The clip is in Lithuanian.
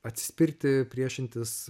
atsispirti priešintis